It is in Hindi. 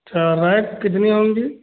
अच्छा रैक कितनी होंगी